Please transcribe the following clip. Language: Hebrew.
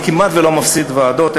אני כמעט לא מפסיד ועדות,